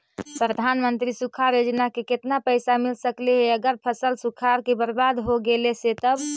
प्रधानमंत्री सुखाड़ योजना से केतना पैसा मिल सकले हे अगर फसल सुखाड़ से बर्बाद हो गेले से तब?